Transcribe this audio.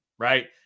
Right